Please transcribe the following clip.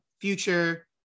future